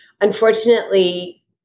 Unfortunately